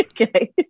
okay